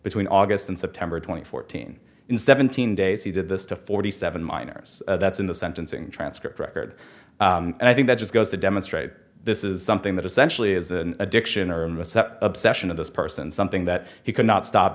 between august and september twenty fourth teen in seventeen days he did this to forty seven minors that's in the sentencing transcript record and i think that just goes to demonstrate this is something that essentially is an addiction or obsession of this person something that he could not stop